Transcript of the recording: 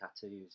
tattoos